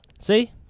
See